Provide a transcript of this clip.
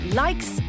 likes